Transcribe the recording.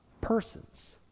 persons